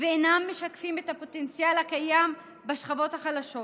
ואינם משקפים את הפוטנציאל הקיים בשכבות החלשות.